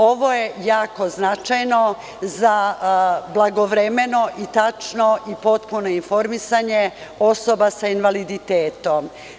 Ovo je jako značajno za blagovremeno, tačno i potpuno informisanje osoba sa invaliditetom.